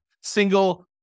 single